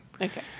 Okay